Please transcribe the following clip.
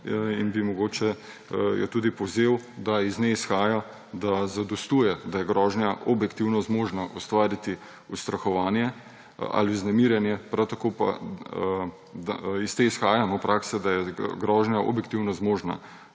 in bi povzel, da iz nje izhaja, da zadostuje, da je grožnja objektivno zmožna ustvariti ustrahovanje ali vznemirjanje, prav tako pa iz te prakse izhaja, da mora biti grožnja objektivno zmožna